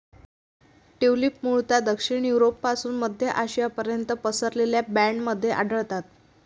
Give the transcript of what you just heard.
tulips मूळतः दक्षिण युरोपपासून मध्य आशियापर्यंत पसरलेल्या बँडमध्ये आढळतात